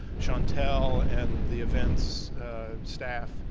shantel and the events staff